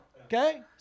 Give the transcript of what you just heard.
okay